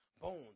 bones